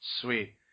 Sweet